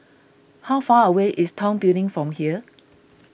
how far away is Tong Building from here